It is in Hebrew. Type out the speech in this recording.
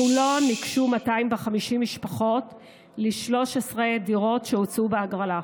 בחולון ניגשו 250 משפחות ל-13 דירות שהוצעו בהגרלה.